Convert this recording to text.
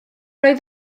oedd